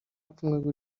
pfunwe